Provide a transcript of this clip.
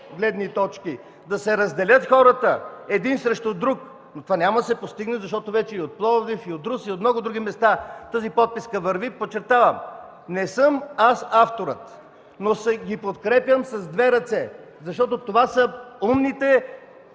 гледни точки, да се разделят хората един срещу друг, това няма да се постигне, защото вече и от Пловдив, и от Русе, и от много други места тази подписка върви. Подчертавам: не съм аз авторът, но ги подкрепям с две ръце. Това са умни